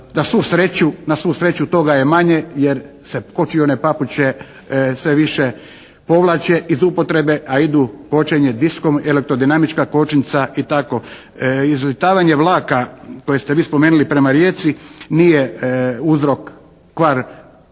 Na svu sreću toga je manje jer se kočione papuče sve više povlače iz upotrebe, a idu kočenje diskom, elektrodinamička kočnica i tako. Izvrtavanje vlaka koje ste vi spomenuli prema Rijeci nije uzrok kvar kočnice